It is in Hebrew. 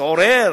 תתעורר